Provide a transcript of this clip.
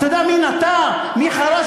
אתה יודע מי נטע, מי חרש?